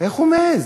איך הוא מעז?